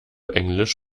englisch